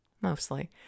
mostly